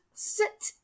sit